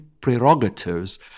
prerogatives